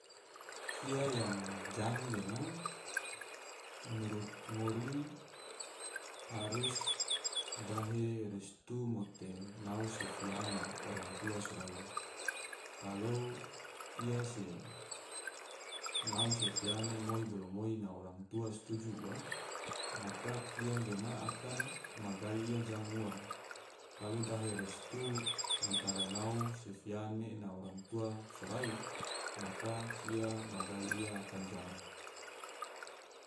Kia yang jang gena, menurut ngori harus dahe restu mote nau se faya na orang tua sorai, kalu kia se nau se faya ne moi bolo moi na orang tua stuju ua, maka kia gena akan ma gai ia jang ua, kalu dahe restu antara nau se faya ne na orang tua sorai. maka kia ma gai ia akan jang